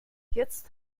jetzt